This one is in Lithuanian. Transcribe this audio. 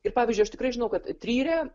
ir pavyzdžiui aš tikrai žinau kad tryre